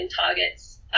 targets